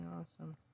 awesome